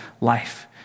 life